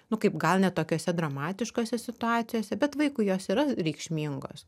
nu kaip gal ne tokiose dramatiškose situacijose bet vaikui jos yra reikšmingos